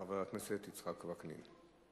חבר הכנסת יצחק וקנין.